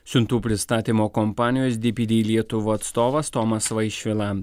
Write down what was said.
siuntų pristatymo kompanijos dpd lietuva atstovas tomas vaišvila